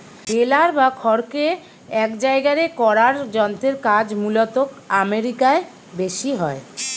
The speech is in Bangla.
বেলার বা খড়কে এক জায়গারে করার যন্ত্রের কাজ মূলতঃ আমেরিকায় বেশি হয়